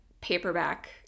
paperback